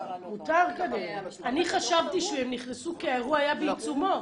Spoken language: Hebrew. אני חשבתי שהם נכנסו כי האירוע היה בעיצומו.